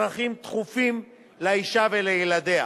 צרכים דחופים לאשה ולילדיה.